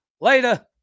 Later